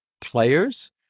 players